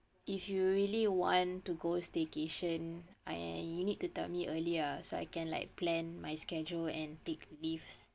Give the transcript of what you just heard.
if you really want to go staycation err you need to tell me earlier so I can like plan my schedule and take leaves